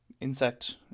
insect